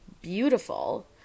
beautiful